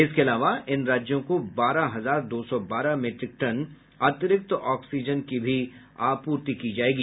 इसके अलावा इन राज्यों को बारह हजार दो सौ बारह मीट्रिक टन अतिरिक्त ऑक्सीजन की भी आपूर्ति की जाएगी